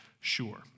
sure